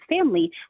family